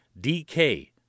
DK